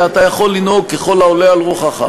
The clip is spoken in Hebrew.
אתה יכול לנהוג ככל העולה על רוחך,